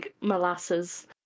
molasses